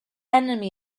enemy